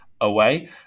away